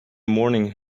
morning